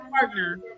partner